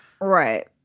Right